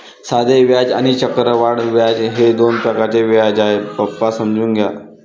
साधे व्याज आणि चक्रवाढ व्याज हे दोन प्रकारचे व्याज आहे, पप्पा समजून घ्या